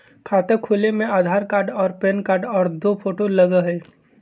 खाता खोले में आधार कार्ड और पेन कार्ड और दो फोटो लगहई?